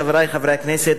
חברי חברי הכנסת,